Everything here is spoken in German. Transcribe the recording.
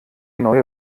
neue